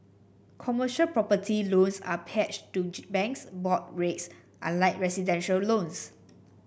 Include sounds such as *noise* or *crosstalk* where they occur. commercial property loans are pegged to *unintelligible* bank's board rates unlike residential loans